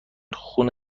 خون